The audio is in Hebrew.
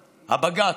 הבג"ץ.